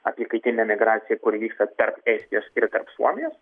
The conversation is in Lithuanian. apykaitine migracija kuri vyksta tarp estijos ir suomijos